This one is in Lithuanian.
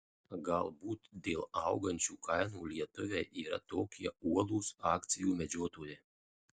galbūt dėl augančių kainų lietuviai yra tokie uolūs akcijų medžiotojai